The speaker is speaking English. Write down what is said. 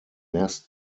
nest